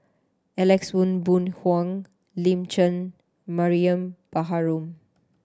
Alex Ong Boon Hau Lin Chen Mariam Baharom